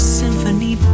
symphony